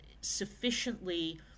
sufficiently